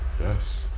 Yes